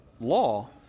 law